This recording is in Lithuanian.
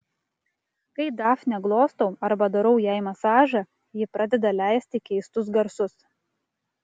kai dafnę glostau arba darau jai masažą ji pradeda leisti keistus garsus